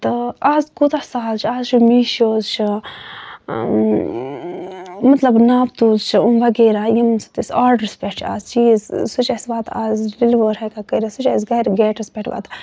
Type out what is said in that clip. تہٕ آز کوٗتاہ سہَل چھُ آز چھُ مِشوز چھُ اۭں مطلب ناپتولٕز چھُ یِم وغیرہ ییٚمہِ سۭتۍ أسۍ آرڈرَس پٮ۪ٹھ چھِ آز چیٖز سُہ چھُ اَسہِ واتان آز ڈیٚلِور ہٮ۪کان کٔرِتھ سُہ چھُ اَسہِ گرِ گیٹَس پٮ۪ٹھ واتان